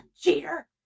cheater